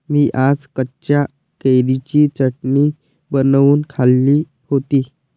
मी आज कच्च्या कैरीची चटणी बनवून खाल्ली होती